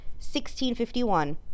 1651